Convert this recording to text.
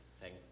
Thank